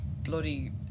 bloody